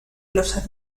los